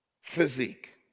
physique